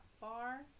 far